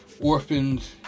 orphans